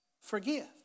forgive